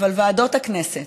אבל ועדות הכנסת,